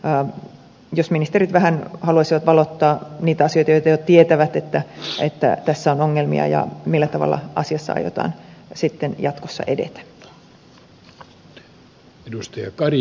toivoisin että ministerit vähän valottaisivat niitä asioita joissa jo tietävät olevan ongelmia ja kertoisivat millä tavalla asiassa aiotaan jatkossa edetä